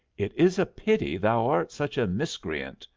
it is a pity thou art such a miscreant,